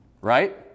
Right